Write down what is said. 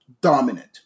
Dominant